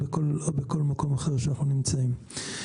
או בכל מקום אחר שאנחנו נמצאים בו.